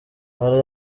hari